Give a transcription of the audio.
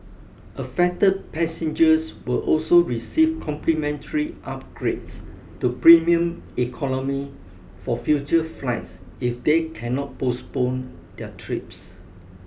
affected passengers will also receive complimentary upgrades to premium economy for future flights if they cannot postpone their trips